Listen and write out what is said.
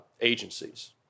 agencies